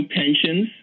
pensions